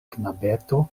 knabeto